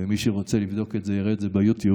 ומי שרוצה לבדוק את זה יראה את זה ביוטיוב,